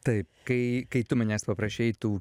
taip kai kai tu manęs paprašei tų